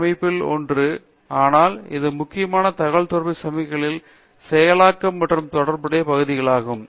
அமைப்பில் ஒன்று ஆனால் இது முக்கியமாக தகவல்தொடர்பு சமிக்ஞை செயலாக்க மற்றும் தொடர்புடைய பகுதிகளாகும்